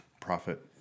profit